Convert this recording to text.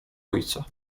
ojca